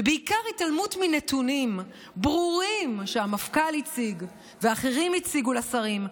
ובעיקר התעלמות מנתונים ברורים שהמפכ"ל הציג ואחרים הציגו לשרים,